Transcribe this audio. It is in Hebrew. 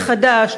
בחד"ש,